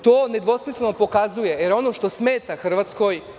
To nedvosmisleno pokazuje, jer ono što smeta Hrvatskoj…